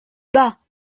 bas